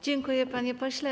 Dziękuję, panie pośle.